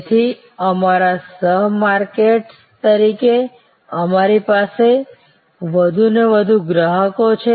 તેથી અમારા સહ માર્કેટર્સ તરીકે અમારી પાસે વધુને વધુ ગ્રાહકો છે